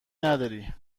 نداری